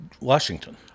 Washington